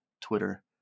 Twitter